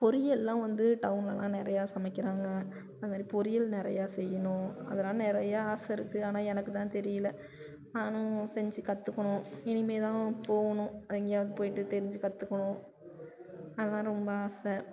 பொரியெல்லாம் வந்து டவுனெல்லாம் நிறையா சமைக்கிறாங்க அதுமாதிரி பொரியல் நிறையா செய்யணும் அதெல்லாம் நிறையா ஆசை இருக்குது ஆனால் எனக்குதான் தெரியலை ஆனால் செஞ்சு கற்றுக்கணும் இனிமேல்தான் போகணும் எங்கேயாவது போய்விட்டு தெரிஞ்சு கற்றுக்கணும் அதெல்லாம் ரொம்ப ஆசை